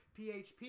PHP